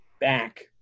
back